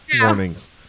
warnings